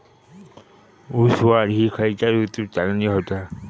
ऊस वाढ ही खयच्या ऋतूत चांगली होता?